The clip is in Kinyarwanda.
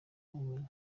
ubumenyi